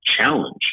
challenge